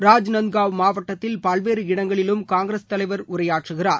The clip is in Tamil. ராஜ்நந்தன் மாவட்டத்தில் பல்வேறு இடங்களிலும் காங்கிரஸ் தலைவர் உரையாற்றுகிறார்